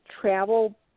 travel